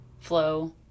flow